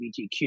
LGBTQ